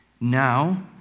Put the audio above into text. now